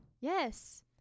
Yes